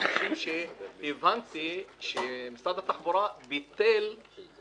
מאנשים שהבנתי שמשרד התחבורה ביטל את התג.